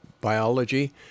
biology